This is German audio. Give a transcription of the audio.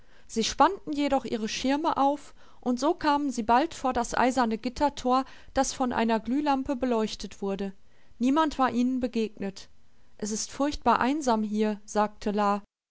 sie spannten jedoch ihre schirme auf und so kamen sie bald vor das eiserne gittertor das von einer glühlampe beleuchtet wurde niemand war ihnen begegnet es ist furchtbar einsam hier sagte